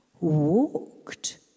walked